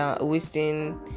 wasting